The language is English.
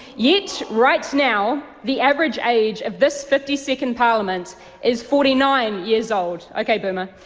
yet right now, the average age of this fifty second parliament is forty nine years old. ok, boomer